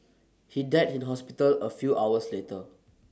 he died in hospital A few hours later